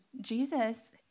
Jesus